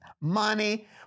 money